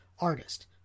artist